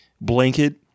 blanket